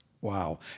Wow